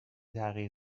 تغییر